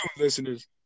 listeners